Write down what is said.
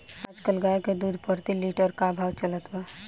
आज कल गाय के दूध प्रति लीटर का भाव चलत बा?